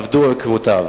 אבדו עקבותיו.